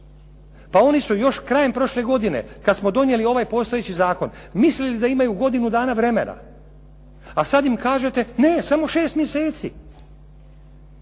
Pa oni su još krajem prošle godine kada smo donijeli ovaj postojeći zakon mislili da imaju godinu dana vremena, a sada im kažete, ne, samo 6 mjeseci.